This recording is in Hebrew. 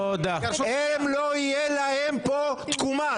לא תהיה להם פה תקומה.